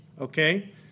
okay